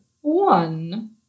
one